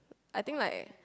I think like